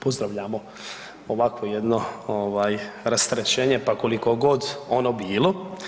Pozdravljamo ovakvo jedno rasterećenje pa kolikogod ono bilo.